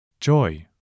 Joy